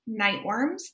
Nightworms